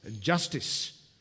justice